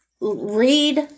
read